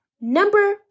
Number